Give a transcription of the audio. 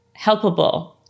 Helpable